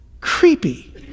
creepy